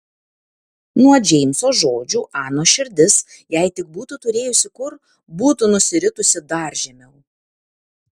nuo džeimso žodžių anos širdis jei tik būtų turėjusi kur būtų nusiritusi dar žemiau